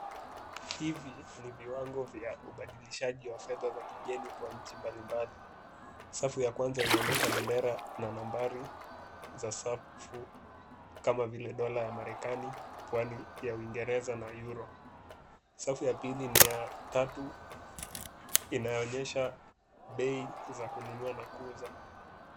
Hivi ni viwango vya ubadilishaji wa fedha za kigeni kwa nchi mbalimbali. Safu ya kwanza inaonyesha bendera na nambari za safu kama vile dola ya marekani, pwani ya uingereza na euro . Safu ya pili ni ya tatu inayoonyesha bei za kununua na kuuza.